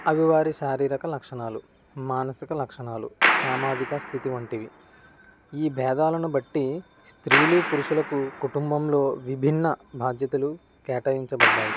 అవి వారి శారీరక లక్షణాలు మానసిక లక్షణాలు సామాజిక స్థితి వంటివి ఈ భేదాలను బట్టి స్త్రీలు పురుషులకు కుటుంబంలో విభిన్న బాధ్యతలు కేటాయించబడ్డాయి